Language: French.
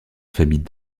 famille